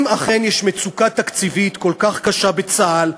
שאם אכן יש מצוקה תקציבית כל כך קשה בצה"ל,